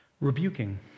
rebuking